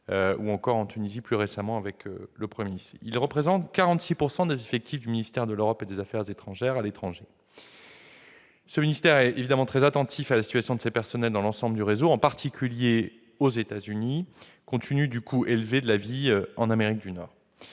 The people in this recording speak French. du Sud ou en Tunisie plus récemment avec le Premier ministre. Ces agents représentent 46 % des effectifs du ministère de l'Europe et des affaires étrangères à l'étranger. Ce ministère est évidemment très attentif à la situation de ces personnels dans l'ensemble du réseau, en particulier aux États-Unis, compte tenu du coût élevé de la vie en Amérique du Nord.